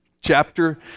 chapter